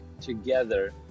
together